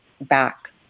back